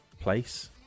place